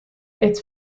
its